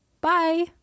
Bye